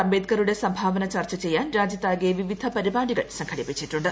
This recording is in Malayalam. അംബേദ്കറുടെ സംഭാവന ചർച്ച ചെയ്യാൻ രാജ്യത്താകെ വിവിധ പരിപാടികൾ സംഘടിപ്പിച്ചിട്ടുണ്ട്